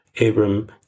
Abram